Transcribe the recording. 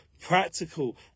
practical